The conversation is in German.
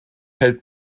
hält